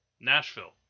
nashville